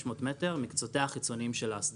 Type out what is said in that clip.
מטרים מקצותיה החיצוניים של האסדה.